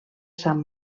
sant